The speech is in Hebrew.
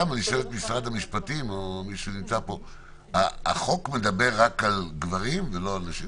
משרד המשפטים, החוק מדבר רק על גברים ולא על נשים?